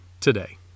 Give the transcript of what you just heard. today